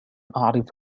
أعرف